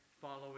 following